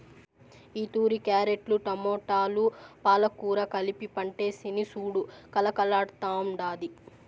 ఈతూరి క్యారెట్లు, టమోటాలు, పాలకూర కలిపి పంటేస్తిని సూడు కలకల్లాడ్తాండాది